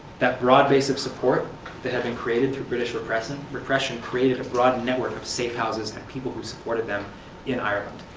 that broad base of support that had been created through british repression, created a broad network of safehouses and people who supported them in ireland.